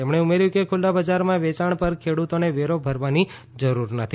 તેમણે ઉમેર્થું કે ખુલ્લા બજારમાં વેચાણ પર ખેડુતોને વેરો ભરવાની જરૂર નથી